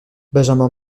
benjamin